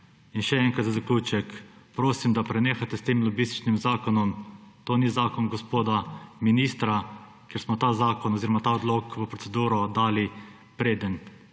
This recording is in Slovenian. Še enkrat za zaključek. Prosim, da prenehate s tem lobističnim zakonom. To ni zakon gospoda ministra, ker smo ta zakon oziroma ta odlok v proceduro dali, preden